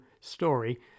story